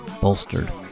bolstered